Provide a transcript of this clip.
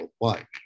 worldwide